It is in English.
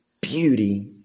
beauty